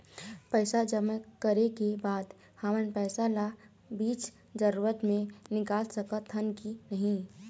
पैसा जमा करे के बाद हमन पैसा ला बीच जरूरत मे निकाल सकत हन की नहीं?